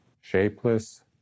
shapeless